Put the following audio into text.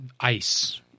ice